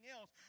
else